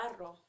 barro